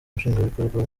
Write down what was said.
nshingwabikorwa